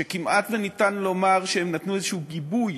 שכמעט ניתן לומר שהם נתנו איזה גיבוי,